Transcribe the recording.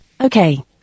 Okay